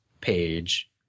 page